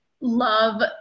love